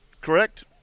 correct